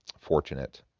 fortunate